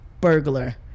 Burglar